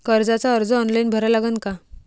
कर्जाचा अर्ज ऑनलाईन भरा लागन का?